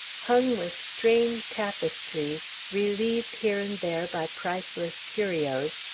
hung with strange tapestries relieved here and there by priceless curios,